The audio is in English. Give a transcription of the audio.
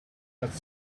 had